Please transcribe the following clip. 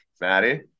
Maddie